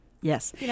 Yes